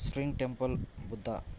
spring temple बुद्धः